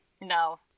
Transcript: No